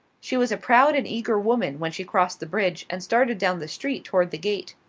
she was a proud and eager woman when she crossed the bridge and started down the street toward the gate.